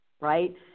Right